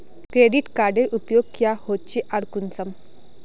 Credit कार्डेर उपयोग क्याँ होचे आर कुंसम?